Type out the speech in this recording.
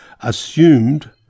assumed